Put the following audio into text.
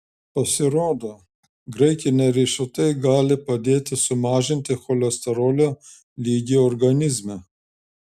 pasirodo graikiniai riešutai gali padėti sumažinti cholesterolio lygį organizme